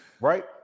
Right